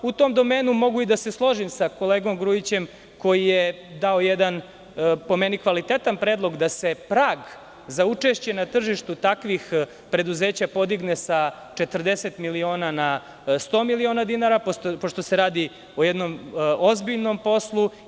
U tom domenu i mogu da se složim sa kolegom Grujićem koji je dao jedan po meni kvalitetan predlog, da se prag za učešće na tržištu takvih preduzeća podigne sa 40 miliona na 100 miliona dinara, pošto se radi o jednom ozbiljnom poslu.